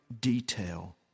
detail